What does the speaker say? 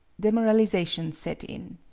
demoralization set in.